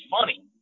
funny